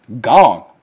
Gone